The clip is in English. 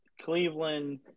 Cleveland